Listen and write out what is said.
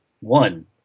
one